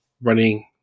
running